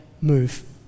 move